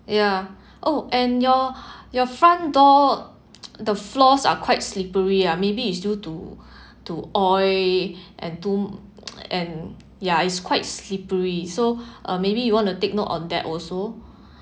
ya oh and your your front door the floors are quite slippery ah maybe is due to to oil and and ya it's quite slippery so uh maybe you wanna take note on that also